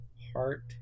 Heart